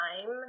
time